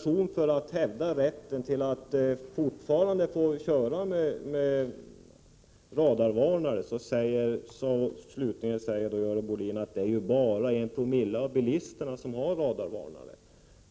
svårare. För att hävda rätten att fortfarande få köra med radarvarnare säger Görel Bohlin att det ju bara är en promille av bilisterna som har sådana.